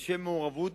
לשם מעורבות